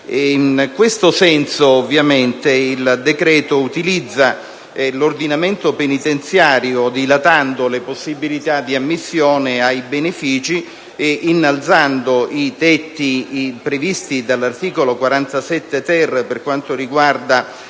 In questo senso il decreto-legge utilizza l'ordinamento penitenziario dilatando le possibilità di ammissione ai benefici e innalzando i tetti previsti dall'articolo 47-*ter* della legge